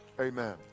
Amen